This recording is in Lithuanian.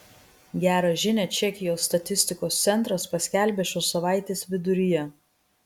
gerą žinią čekijos statistikos centras paskelbė šios savaitės viduryje